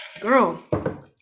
Girl